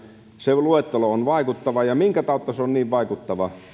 se luettelo on vaikuttava ja minkä tautta se on niin vaikuttava